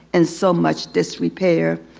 in so much disrepair.